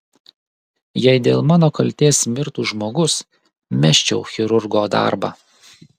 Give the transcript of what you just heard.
jei dėl mano kaltės mirtų žmogus mesčiau chirurgo darbą